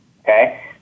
okay